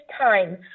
time